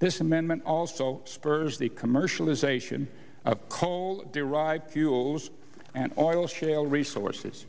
this amendment also spurs the commercialization of coal derived fuels and oil shale resources